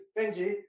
Benji